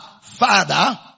father